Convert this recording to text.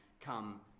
come